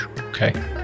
Okay